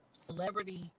celebrity